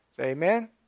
Amen